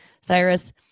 cyrus